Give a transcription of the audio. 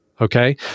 Okay